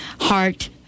heart